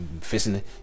facing